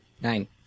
Nine